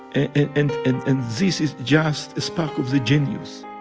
and and and and and this is just a spark of the genius